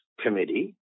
Committee